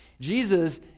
Jesus